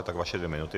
Tak vaše dvě minuty.